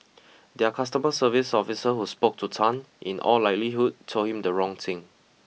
their customer service officer who spoke to Tan in all likelihood told him the wrong thing